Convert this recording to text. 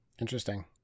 Interesting